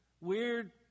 weird